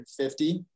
150